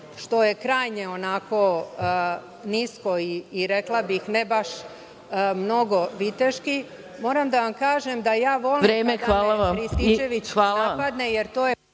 što je krajnje onako nisko i rekla bih ne baš mnogo viteški, moram da vam kažem da ja volim kada me Rističević napadne,